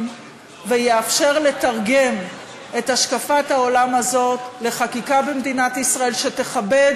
ויאפשר לתרגם את השקפת העולם הזאת לחקיקה במדינת ישראל שתכבד